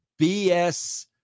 BS